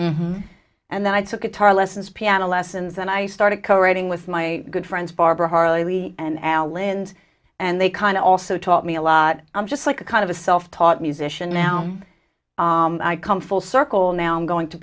and then i took a tar lessons piano lessons and i started cooperating with my good friends barbara harley and al lind and they kind of also taught me a lot i'm just like a kind of a self taught musician now i come full circle now i'm going to